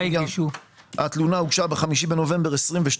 התלונה הוגשה ב-5.11.22.